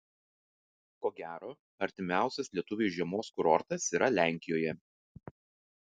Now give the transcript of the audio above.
ko gero artimiausias lietuviui žiemos kurortas yra lenkijoje